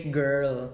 girl